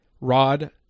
Rod